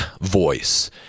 voice